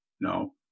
no